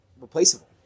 replaceable